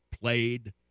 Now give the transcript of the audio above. played